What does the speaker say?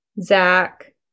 Zach